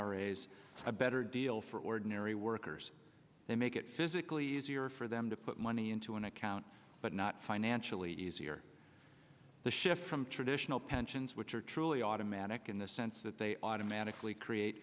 as a better deal for ordinary workers they make it physically easier for them to put money into an account but not financially easier to shift from traditional pensions which are truly automatic in the sense that they automatically create